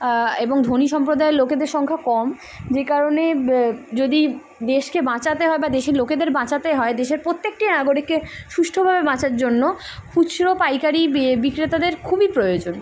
এবং ধনী সম্প্রদায়ের লোকেদের সংখ্যা কম যে কারণে যদি দেশকে বাঁচাতে হয় বা দেশের লোকেদের বাঁচাতে হয় দেশের প্রত্যেকট নাগরিকে সুষ্ঠভাবে বাঁচার জন্য খুচরো পাইকারি বিক্রেতাদের খুবই প্রয়োজন